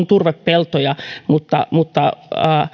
turvepeltoja mutta mutta